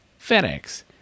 FedEx